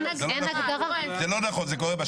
זה לא נכון.